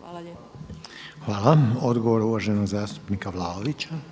Hvala lijepa. **Reiner, Željko (HDZ)** Hvala. Odgovor uvaženog zastupnika Vlaovića.